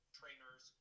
trainers